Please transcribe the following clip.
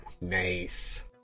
Nice